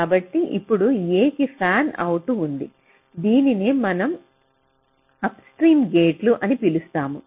కాబట్టి ఇప్పుడు A కి ఫ్యాన్అవుట్ ఉంది దీనినే మనం అప్స్ట్రీమ్ గేట్లు అని పిలుస్తాము